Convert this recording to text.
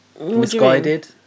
Misguided